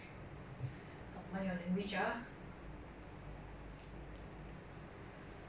are we almost done we're not done okay okay okay err hang on for three more minutes two more minutes